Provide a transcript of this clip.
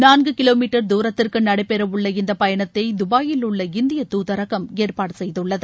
நான்கு kilometre துாரத்திற்கு நடைபெறவுள்ள இந்த பயணத்தை துபாயிலுள்ள இந்திய தூதரகம் ஏற்பாடு செய்துள்ளது